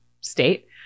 state